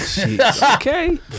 Okay